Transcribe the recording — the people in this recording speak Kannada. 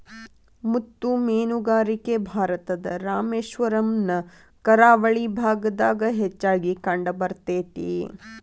ಮುತ್ತು ಮೇನುಗಾರಿಕೆ ಭಾರತದ ರಾಮೇಶ್ವರಮ್ ನ ಕರಾವಳಿ ಭಾಗದಾಗ ಹೆಚ್ಚಾಗಿ ಕಂಡಬರ್ತೇತಿ